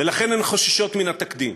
ולכן הן חוששות מן התקדים: